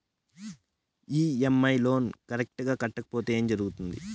EMI loan correct గా కట్టకపోతే ఏం జరుగుతుంది